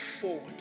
forward